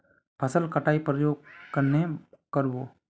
फसल कटाई प्रयोग कन्हे कर बो?